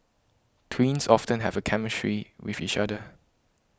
twins often have a chemistry with each other